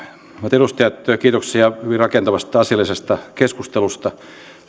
edustaja kiitoksia hyvin rakentavasta asiallisesta keskustelusta